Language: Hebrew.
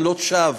עמלות שווא.